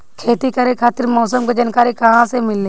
खेती करे खातिर मौसम के जानकारी कहाँसे मिलेला?